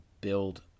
build